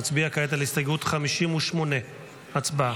נצביע כעת על הסתייגות 58. הצבעה.